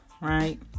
Right